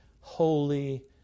holy